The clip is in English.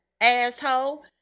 asshole